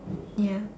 ya